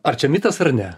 ar čia mitas ar ne